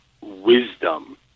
wisdom